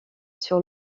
sur